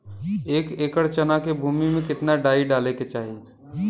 एक एकड़ चना के भूमि में कितना डाई डाले के चाही?